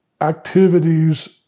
Activities